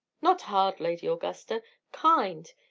not hard, lady augusta kind,